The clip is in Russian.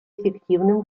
эффективным